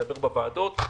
נדבר בוועדות,